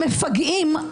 המפגעים,